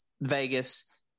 Vegas